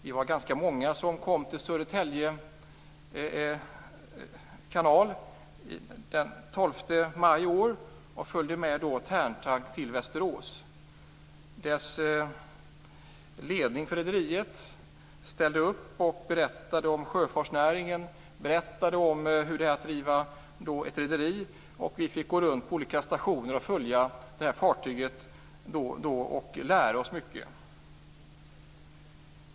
Vi var ganska många som nämnda datum kom till Södertälje kanal. Vi följde med Tärntank till Västerås. Ledningen för rederiet ställde upp och berättade om sjöfartsnäringen, om hur det är att driva ett rederi. Vi fick gå runt på olika stationer och följa fartyget. Vi lärde oss mycket.